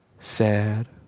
sad.